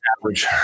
average